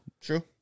True